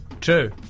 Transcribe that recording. True